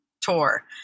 tour